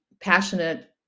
passionate